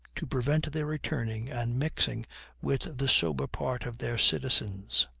to prevent their returning and mixing with the sober part of their citizens.